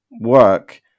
work